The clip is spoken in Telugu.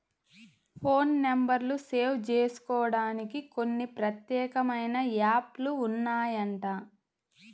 ఫోన్ నెంబర్లు సేవ్ జేసుకోడానికి కొన్ని ప్రత్యేకమైన యాప్ లు ఉన్నాయంట